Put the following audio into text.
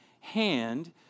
hand